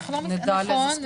נכון,